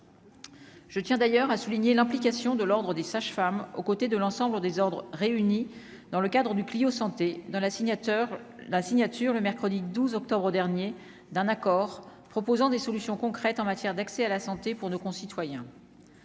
je tiens d'ailleurs à souligner l'implication de l'Ordre des sages-femmes, aux côtés de l'ensemble des ordres réunis dans le cadre du Clio santé de la signature, la signature, le mercredi 12 octobre dernier d'un accord proposant des solutions concrètes en matière d'accès à la santé pour nos concitoyens